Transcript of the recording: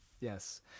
Yes